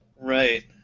Right